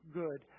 good